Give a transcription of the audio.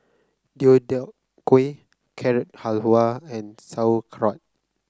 Deodeok Gui Carrot Halwa and Sauerkraut